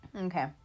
okay